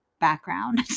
background